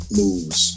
moves